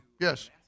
Yes